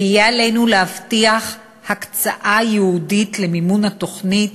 ויהיה עלינו להבטיח הקצאה ייעודית למימון התוכנית